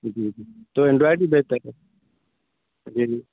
جی جی تو اینڈرائڈ ہی بہتر ہے جی جی